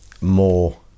more